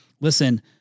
Listen